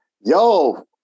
Yo